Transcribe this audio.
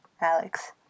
Alex